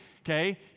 okay